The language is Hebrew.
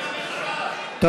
קיש, קיש, להקים את המדינה מחדש.